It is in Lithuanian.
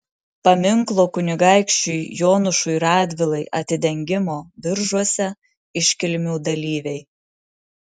paminklo kunigaikščiui jonušui radvilai atidengimo biržuose iškilmių dalyviai